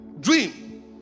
Dream